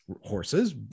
horses